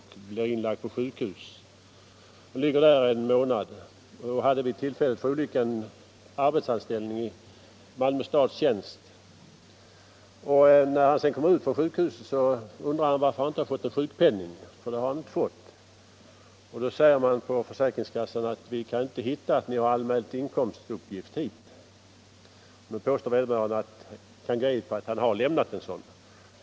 Han blev inlagd på sjukhus och fick ligga kvar där en månad. Vid tillfället för olyckan hade han arbetsanställning i Malmö stads tjänst. När han kom ut från sjukhuset undrade han varför han inte hade fått sjukpenning. Då sade man på försäkringskassan: ”Vi kan inte hitta att ni har lämnat inkomstuppgift hit.” Vederbörande kan gå ed på att han har lämnat inkomstuppgift.